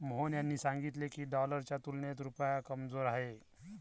मोहन यांनी सांगितले की, डॉलरच्या तुलनेत रुपया कमजोर आहे